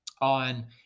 on